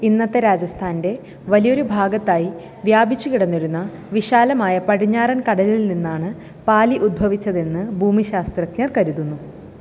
ഇന്നത്തെ രാജസ്ഥാൻ്റെ വലിയൊരു ഭാഗത്തായി വ്യാപിച്ചു കിടന്നിരുന്ന വിശാലമായ പടിഞ്ഞാറൻ കടലിൽ നിന്നാണ് പാലി ഉത്ഭവിച്ചതെന്ന് ഭൂമി ശാസ്ത്രജ്ഞർ കരുതുന്നു